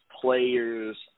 players